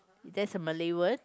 that's a Malay word